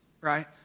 right